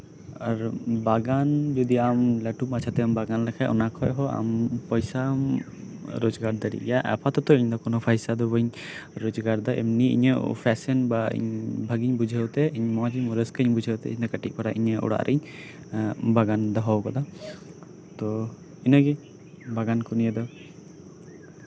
ᱟᱨ ᱵᱟᱜᱟᱱ ᱡᱚᱫᱤ ᱟᱢ ᱞᱟᱹᱴᱩ ᱢᱟᱪᱷᱟᱛᱮᱢ ᱵᱟᱜᱟᱱ ᱞᱮᱠᱷᱟᱱ ᱚᱱᱟ ᱠᱷᱚᱱ ᱦᱚᱸ ᱟᱢ ᱯᱚᱭᱥᱟᱢ ᱨᱳᱡᱽᱜᱟᱨ ᱫᱟᱲᱮᱭᱟᱜ ᱜᱮᱭᱟ ᱟᱯᱟᱛᱚᱛᱚ ᱤᱧ ᱫᱚ ᱯᱚᱭᱥᱟ ᱤᱧ ᱫᱚ ᱵᱟᱹᱧ ᱨᱳᱡᱽᱜᱟᱨ ᱮᱫᱟ ᱮᱢᱱᱤ ᱤᱧᱟᱹᱜ ᱯᱷᱮᱥᱮᱱ ᱵᱟ ᱤᱧ ᱵᱷᱟᱜᱮᱧ ᱵᱩᱡᱷᱟᱹᱣ ᱛᱮ ᱨᱟᱹᱥᱠᱟᱹᱧ ᱵᱩᱡᱷᱟᱹᱣ ᱛᱮ ᱠᱟᱹᱴᱤᱡ ᱯᱟᱨᱟ ᱤᱧᱟᱹᱜ ᱚᱲᱟᱜ ᱨᱤᱧ ᱵᱟᱜᱟᱱ ᱫᱚᱦᱚ ᱟᱠᱟᱫᱟ ᱛᱚ ᱤᱱᱟᱹᱜᱮ ᱵᱟᱜᱟᱱ ᱠᱚ ᱱᱤᱭᱮ ᱫᱚ